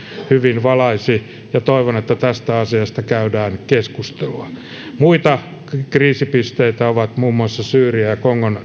hyvin valaisi ja toivon että tästä asiasta käydään keskustelua muita kriisipisteitä ovat muun muassa syyria ja ja kongon